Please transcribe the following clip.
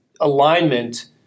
alignment